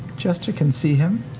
jester can see him.